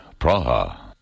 Praha